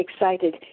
excited